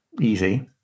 easy